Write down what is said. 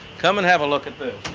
come and have a look at this.